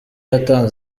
yatanze